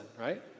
right